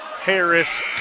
Harris